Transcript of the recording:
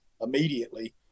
immediately